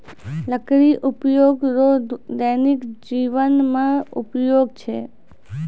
लकड़ी उपयोग रो दैनिक जिवन मे उपयोग छै